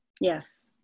Yes